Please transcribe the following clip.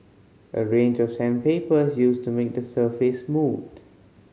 a range of sandpaper used to make the surface smooth